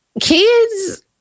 Kids